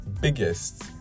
biggest